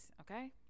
Okay